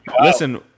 listen